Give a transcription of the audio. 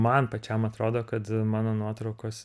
man pačiam atrodo kad mano nuotraukos